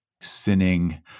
sinning